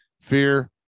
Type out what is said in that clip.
Fear